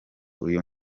uyu